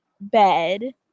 bed